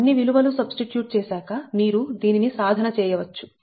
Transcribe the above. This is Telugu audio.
అన్ని విలువలు సబ్స్టిట్యూట్ చేశాక మీరు దీనిని సాధన చేయవచ్చు